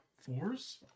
fours